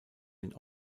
den